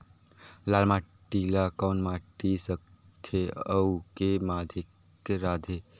लाल माटी ला कौन माटी सकथे अउ के माधेक राथे?